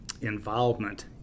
involvement